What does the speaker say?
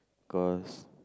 cause